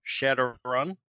Shadowrun